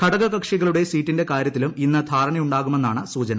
ഘടകകക്ഷികളുടെ സീറ്റിന്റെ കാര്യത്തിലും ഇന്ന് ധാരണയുണ്ടാകുമെന്നാണ് സൂചന